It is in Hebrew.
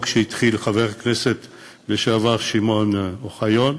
שהתחיל חבר הכנסת לשעבר שמעון אוחיון,